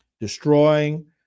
destroying